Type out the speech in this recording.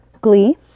Glee